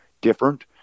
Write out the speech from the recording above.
different